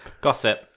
Gossip